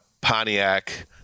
Pontiac